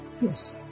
yes